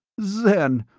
zen!